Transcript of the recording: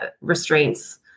restraints